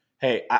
hey